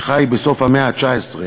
שחי בסוף המאה ה-19,